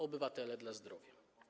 Obywatele dla zdrowia.